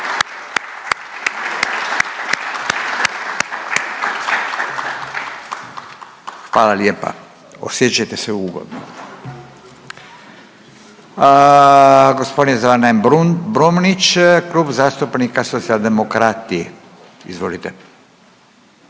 Hvala lijepa osjećaj te se ugodno. Gospodin Zvane Brumnić Klub zastupnika Socijaldemokrati. Izvolite.